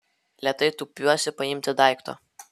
lėtai tūpiuosi paimti daikto